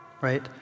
right